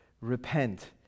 repent